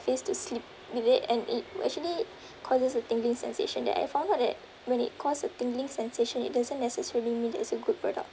face to sleep with it and it actually causes a tingling sensation that I found out that when it caused a tingling sensation it doesn't necessarily mean that it's a good product